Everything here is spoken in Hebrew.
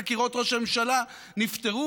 חקירות ראש הממשלה נפתרו?